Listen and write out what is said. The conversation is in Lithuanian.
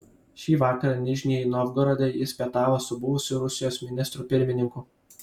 šį vakarą nižnij novgorode jis pietavo su buvusiu rusijos ministru pirmininku